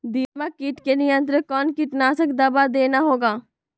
दीमक किट के नियंत्रण कौन कीटनाशक दवा देना होगा?